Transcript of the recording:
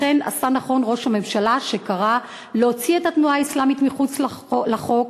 לכן עשה נכון ראש הממשלה שקרא להוציא את התנועה האסלאמית מחוץ לחוק,